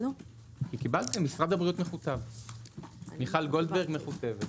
מיכל גולדברג ממשרד הבריאות מכותבת.